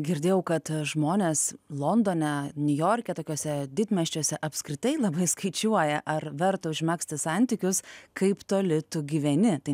girdėjau kad žmonės londone niujorke tokiuose didmiesčiuose apskritai labai skaičiuoja ar verta užmegzti santykius kaip toli tu gyveni tai